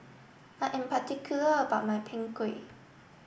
I am particular about my Png Kueh